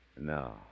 No